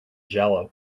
jello